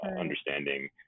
understanding